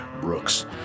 Brooks